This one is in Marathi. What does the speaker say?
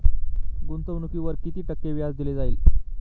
गुंतवणुकीवर किती टक्के व्याज दिले जाईल?